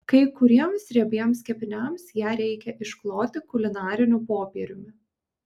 kai kuriems riebiems kepiniams ją reikia iškloti kulinariniu popieriumi